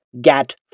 get